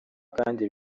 kandi